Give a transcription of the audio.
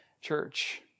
church